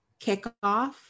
kickoff